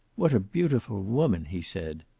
what a beautiful woman! he said.